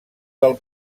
del